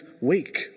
weak